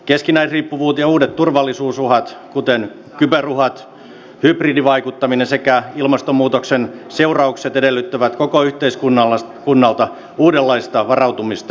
keskinäisriippuvuus ja uudet turvallisuusuhat kuten kyberuhat hybridivaikuttaminen sekä ilmastonmuutoksen seuraukset edellyttävät koko yhteiskunnalta uudenlaista varautumista ja valmiutta